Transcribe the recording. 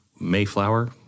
Mayflower